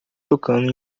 tocando